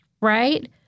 right